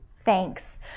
thanks